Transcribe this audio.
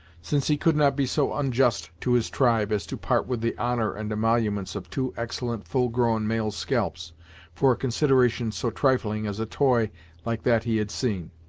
since he could not be so unjust to his tribe as to part with the honor and emoluments of two excellent, full grown male scalps for a consideration so trifling as a toy like that he had seen,